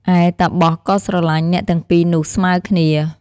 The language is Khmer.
ឯតាបសក៏ស្រឡាញ់ អ្នកទាំងពីរនោះស្មើគ្នា។